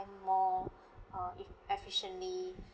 more uh e~ efficiently